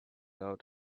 out